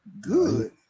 good